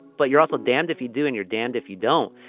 but you're also damned if you do and your damned if you don't.